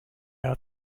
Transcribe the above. out